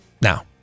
now